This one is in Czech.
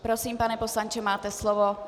Prosím, pane poslanče, máte slovo.